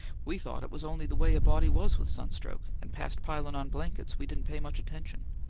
we thought it was only the way a-body was with sunstroke, and past pilin' on blankets, we didn't pay much attention.